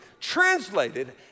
translated